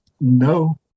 no